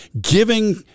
giving